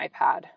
iPad